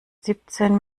siebzehn